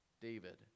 David